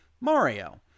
Mario